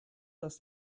das